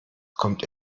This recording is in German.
kommt